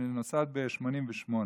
שנוסד ב-1988,